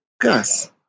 gas